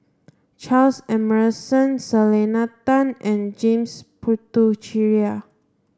Charles Emmerson Selena Tan and James Puthucheary